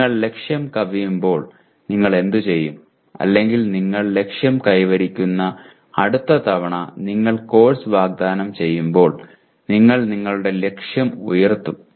നിങ്ങൾ ലക്ഷ്യം കവിയുമ്പോൾ നിങ്ങൾ എന്തുചെയ്യും അല്ലെങ്കിൽ നിങ്ങൾ ലക്ഷ്യം കൈവരിക്കുന്നു അടുത്ത തവണ നിങ്ങൾ കോഴ്സ് വാഗ്ദാനം ചെയ്യുമ്പോൾ നിങ്ങൾ നിങ്ങളുടെ ലക്ഷ്യം ഉയർത്തും